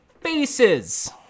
faces